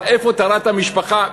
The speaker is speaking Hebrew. איפה טהרת המשפחה?